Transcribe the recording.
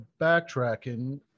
backtracking